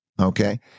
okay